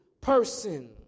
person